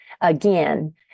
again